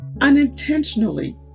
Unintentionally